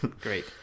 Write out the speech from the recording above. Great